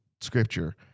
Scripture